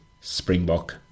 Springbok